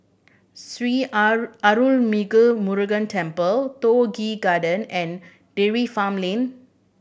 Sri Arulmigu Murugan Temple Toh Garden and Dairy Farm Lane